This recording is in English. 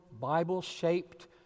Bible-shaped